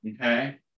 okay